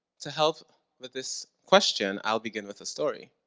to help with this question i'll begin with a story.